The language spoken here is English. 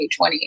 2020